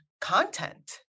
content